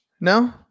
No